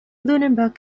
lunenburg